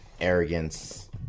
Arrogance